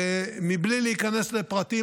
בלי להיכנס לפרטים,